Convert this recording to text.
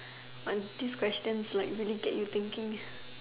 what this question like really get you thinking